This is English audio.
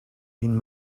been